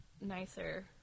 nicer